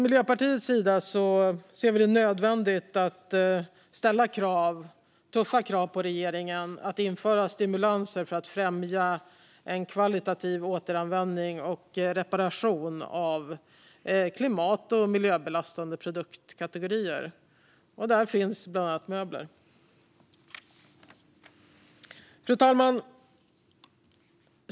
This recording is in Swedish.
Miljöpartiet anser att det är nödvändigt att ställa tuffa krav på regeringen att införa stimulanser för att främja en kvalitativ återanvändning och reparation av klimat och miljöbelastande produktkategorier. Och där finns bland annat möbler. Fru talman!